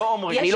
זה